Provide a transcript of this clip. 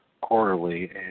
Quarterly